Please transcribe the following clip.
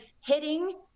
hitting